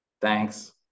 Thanks